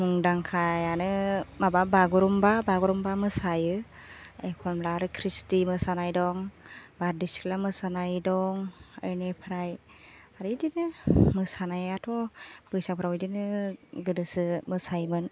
मुंदांखायानो माबा बागुरुम्बा बागुरुम्बा मोसायो एखमब्ला आरो खृष्टि मोसानाय दं बारदै सिख्ला मोसानाय दं बेनिफ्राय बिदिनो मोसानायाथ' बैसागोफ्राव बिदिनो गोदोसो मोसायोमोन